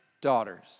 daughters